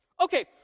Okay